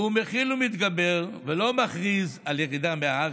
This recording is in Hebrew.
והוא מכיל ומתגבר, ולא מכריז על ירידה מהארץ,